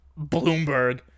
bloomberg